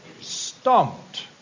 stumped